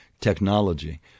technology